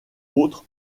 autre